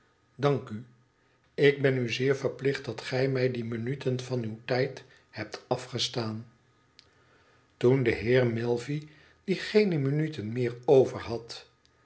dank u ik ben u zeer verplicht dat gij mij die minuten van uw tijd hebt afgestaan toen de heer milvey die geene minuten meer overhad